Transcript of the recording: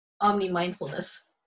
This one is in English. omni-mindfulness